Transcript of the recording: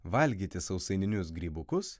valgyti sausaininius grybukus